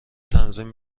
تنظیم